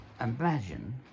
Imagine